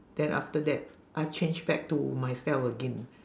then after that I change back to myself again